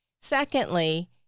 Secondly